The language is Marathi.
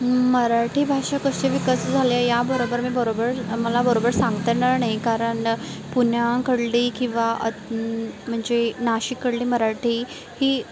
मराठी भाषा कसे विकास झाले याबरोबर मी बरोबर मला बरोबर सांगता येणार नाही कारण पुण्याकडली किंवा म्हणजे नाशिककडली मराठी ही खूप